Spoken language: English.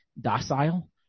docile